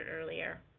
earlier